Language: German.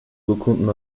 urkunden